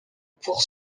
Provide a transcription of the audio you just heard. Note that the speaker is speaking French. pour